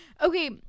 Okay